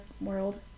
world